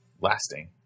lasting